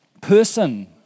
person